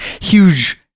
huge